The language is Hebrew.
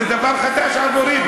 זה דבר חדש עבורי.